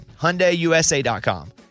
HyundaiUSA.com